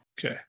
Okay